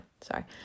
sorry